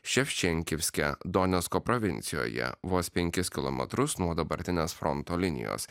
ševčenkivske donecko provincijoje vos penkis kilometrus nuo dabartinės fronto linijos